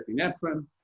epinephrine